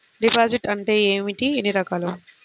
Deposit అంటే ఏమిటీ ఎన్ని రకాలు?